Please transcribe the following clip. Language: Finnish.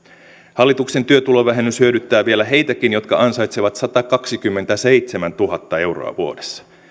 hallituksen työtulovähennys hyödyttää vielä heitäkin jotka ansaitsevat satakaksikymmentäseitsemäntuhatta euroa vuodessa